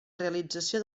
realització